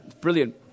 brilliant